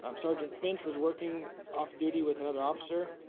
um sergeant finch was working off duty with another officer.